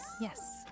Yes